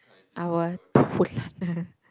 i will